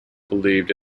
believed